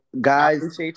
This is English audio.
guys